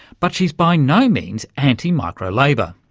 but she's by no means anti micro labour.